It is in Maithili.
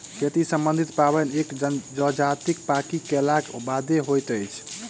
खेती सम्बन्धी पाबैन एक जजातिक पाकि गेलाक बादे होइत अछि